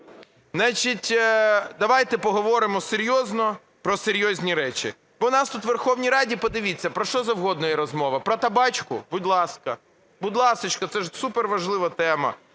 Давайте поговоримо серйозно про серйозні речі. Бо у нас тут у Верховній Раді, подивіться, про що завгодно є розмова, про "табачку" – будь ласка, будь ласочка, це ж супер важлива тема,